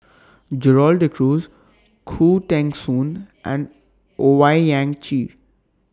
Gerald De Cruz Khoo Teng Soon and Owyang Chi